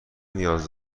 نیاز